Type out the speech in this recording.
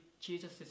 Jesus